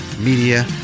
media